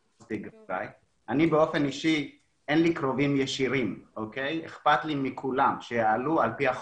לי אופן אישי אין קרובים ישירים ואכפת לי מכולם ושיעלו לפי החוק.